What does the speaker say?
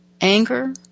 anger